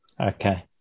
okay